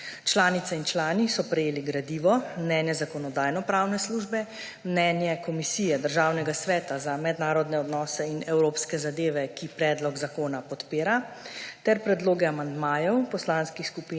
Članice in člani so prejeli gradivo: mnenje Zakonodajno-pravne službe, mnenje Komisije Državnega sveta za mednarodne odnose in evropske zadeve, ki predlog zakona podpira, ter predloge amandmajev poslanskih skupin